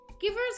Givers